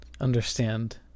understand